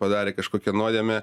padarė kažkokią nuodėmę